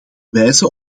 wijzen